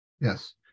Yes